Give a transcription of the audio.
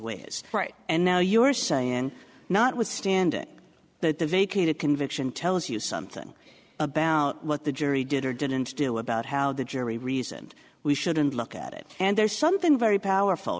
ways right and now you're saying notwithstanding that the vacated conviction tells you something about what the jury did or didn't do about how the jury reasoned we shouldn't look at it and there's something very powerful